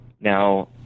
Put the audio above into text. Now